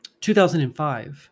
2005